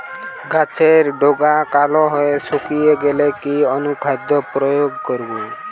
গাছের ডগা কালো হয়ে শুকিয়ে গেলে কি অনুখাদ্য প্রয়োগ করব?